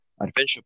adventure